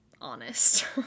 honest